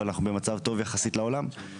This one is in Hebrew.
זאת פשוט טעות לעשות את זה וצריך לשנות את המדד הזה.